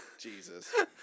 Jesus